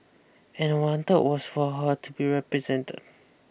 and I wanted was for her to be represent